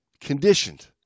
Conditioned